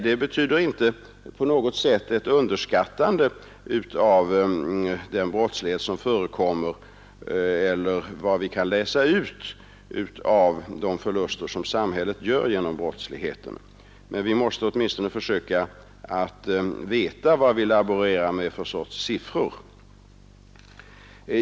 Det betyder inte på något sätt ett underskattande av den brottslighet som förekommer eller vad vi kan läsa ut av de förluster som samhället gör till följd av brottsligheten. Men vi måste åtminstone försöka veta vad vi laborerar med för sorts siffror.